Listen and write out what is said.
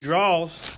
Draws